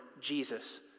Jesus